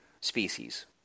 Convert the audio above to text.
species